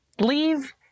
Leave